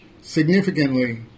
significantly